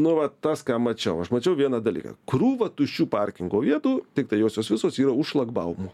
nu va tas ką mačiau aš mačiau vieną dalyką krūvą tuščių parkingo vietų tiktai josios visos yra už šlagbaumo